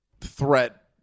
threat